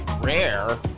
rare